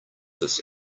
this